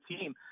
team